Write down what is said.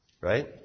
Right